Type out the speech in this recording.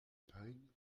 pain